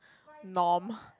norm